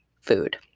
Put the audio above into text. food